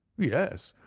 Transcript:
yes,